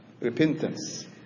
repentance